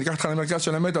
אני אקח אותך למרכז של המתדון,